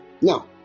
Now